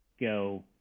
go